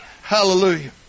Hallelujah